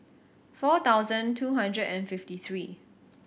four thousand two hundred and fifty three